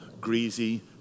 greasy